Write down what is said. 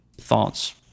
thoughts